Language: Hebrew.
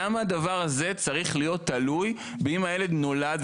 למה הדבר הזה צריך להיות תלוי באם הילד נולד,